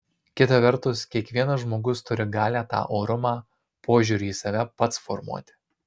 kita vertus kiekvienas žmogus turi galią tą orumą požiūrį į save pats formuoti